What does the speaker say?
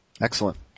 Excellent